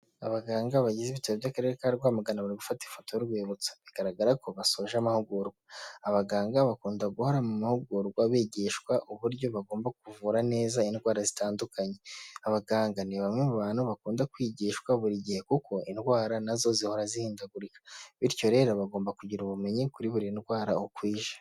Abaganga bagize ibitaro by'akarere ka rwamagana bari gufata ifoto y'urwibutso, bigaragara ko basoje amahugurwa. Abaganga bakunda guhora mu mahugurwa bigishwa uburyo bagomba kuvura neza indwara zitandukanye. Abaganga ni bamwe mu bantu bakunda kwigishwa buri gihe kuko indwara nazo zihora zihindagurika, bityo rero bagomba kugira ubumenyi kuri buri ndwara buri uko ije.